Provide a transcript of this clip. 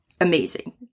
amazing